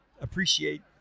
appreciate